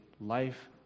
life